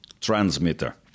transmitter